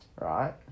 right